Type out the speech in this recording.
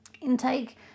intake